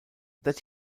that